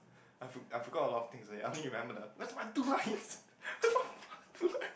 I for~ I forgot a lot of things already I didn't remember the where's my two lines